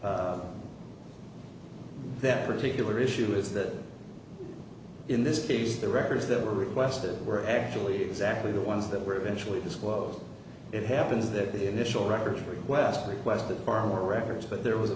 that particular issue is that in this case the records that were requested were actually exactly the ones that were eventually disclosed it happens that the initial records request requested far more records but there was a